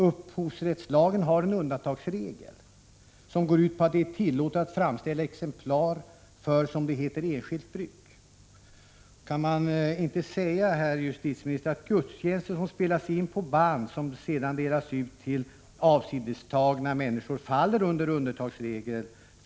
Upphovsrättslagen har ju en undantagsregel, som går ut på att det är tillåtet att framställa exemplar, som det heter, ”för enskilt bruk”. Kan man inte säga, herr justitieminister, att gudstjänster som spelas in på band och som sedan delas ut till avsidestagna människor faller under undantagsregeln?